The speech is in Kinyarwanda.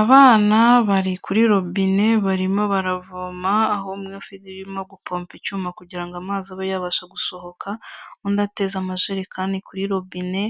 Abana bari kuri robine barimo baravoma aho umwe ivi ririmo gupompa icyuma kugira ngo amazi abe yabasha gusohoka, undi ateze amajerekani kuri robine,